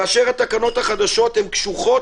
כאשר התקנות החדשות הן קשוחות,